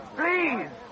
please